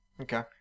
Okay